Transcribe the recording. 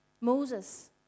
Moses